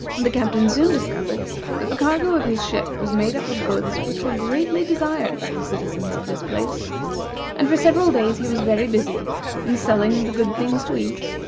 the captain soon discovered that the cargo of his ship was made up of goods which were greatly desired by the citizens of this place and for several days he was very busy in selling the good things to eat,